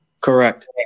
correct